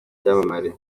byamamare